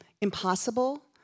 impossible